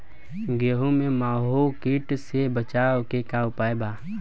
गेहूँ में माहुं किट से बचाव के का उपाय बा?